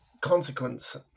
consequence